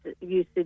usage